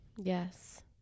yes